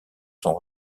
sont